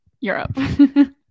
Europe